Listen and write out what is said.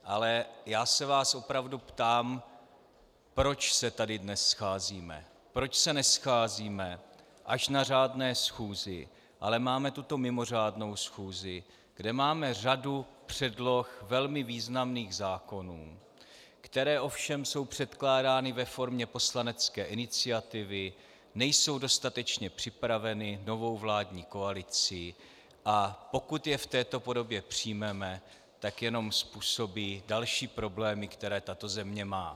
Ale já se vás opravdu ptám, proč se tady dnes scházíme, proč se nescházíme až na řádné schůzi, ale máme tuto mimořádnou schůzi, kde máme řadu předloh velmi významných zákonů, které ovšem jsou předkládány ve formě poslanecké iniciativy, nejsou dostatečně připraveny novou vládní koalicí, a pokud je v této podobě přijmeme, tak jenom způsobí další problémy, které tato země má.